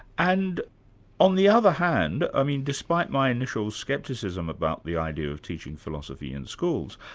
and on the other hand, i mean despite my initial scepticsm about the idea of teaching philosophy in schools,